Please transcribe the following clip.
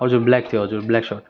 हजुर ब्ल्याक थियो हजुर ब्ल्याक सर्ट